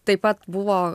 taip pat buvo